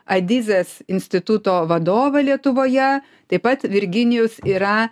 adizės instituto vadovą lietuvoje taip pat virginijus yra